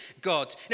God